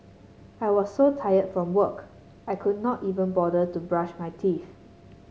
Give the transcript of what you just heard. I was so tired from work I could not even bother to brush my teeth